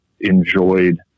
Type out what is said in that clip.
enjoyed